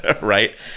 right